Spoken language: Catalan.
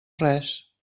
res